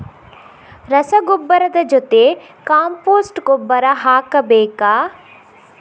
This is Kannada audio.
ರಸಗೊಬ್ಬರದ ಜೊತೆ ಕಾಂಪೋಸ್ಟ್ ಗೊಬ್ಬರ ಹಾಕಬೇಕಾ?